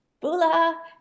Bula